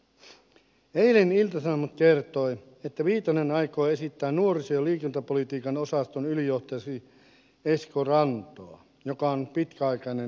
eilen ilta sanomat kertoi että viitanen aikoo esittää nuoriso ja liikuntapolitiikan osaston ylijohtajaksi esko rantoa joka on pitkäaikainen demarivaikuttaja